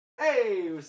Hey